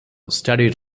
studied